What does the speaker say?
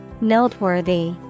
Noteworthy